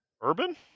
Urban